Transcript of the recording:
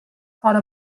fora